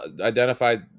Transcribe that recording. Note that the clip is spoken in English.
identified